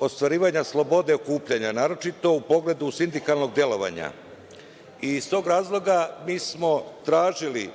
ostvarivanja slobode okupljanja, naročito u pogledu sindikalnog delovanja. Iz tog razloga mi smo tražili